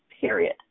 Period